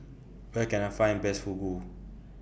Where Can I Find The Best Fugu